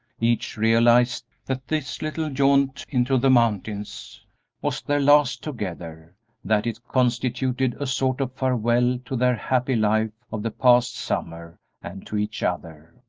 each realized that this little jaunt into the mountains was their last together that it constituted a sort of farewell to their happy life of the past summer and to each other.